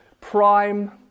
prime